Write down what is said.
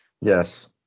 yes